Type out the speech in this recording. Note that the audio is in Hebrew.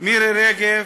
מירי רגב,